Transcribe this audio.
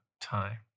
time